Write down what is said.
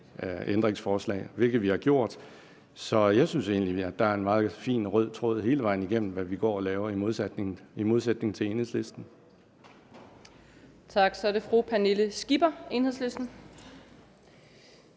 ændringsforslag, hvilket vi har gjort. Så jeg synes egentlig, der er en meget fin, rød tråd hele vejen igennem i det, vi går og laver, i modsætning til Enhedslisten. Kl. 14:29 Tredje næstformand